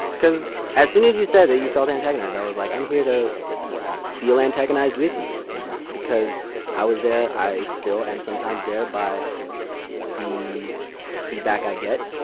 because as soon as you said that you felt antagonized. i was like, i'm here to feel antagonized with you because i was there. i still am sometimes there by the feedback i get.